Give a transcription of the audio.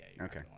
Okay